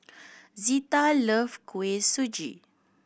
Zetta love Kuih Suji